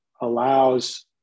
allows